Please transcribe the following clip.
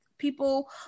People